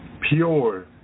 Pure